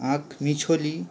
আঁখমিছলি